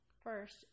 First